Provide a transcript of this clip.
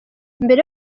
mbere